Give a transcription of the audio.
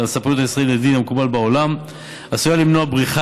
הספנות הישראלית לדין המקובל בעולם עשויה למנוע בריחה